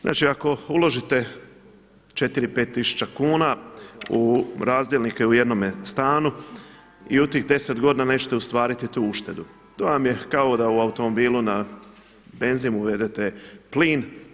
Znači, ako uložite 4, 5000 kuna u razdjelnike u jednome stanu i u tih 10 godina nećete ostvariti tu uštedu to vam je kao da u automobilu na benzin uvedete plin.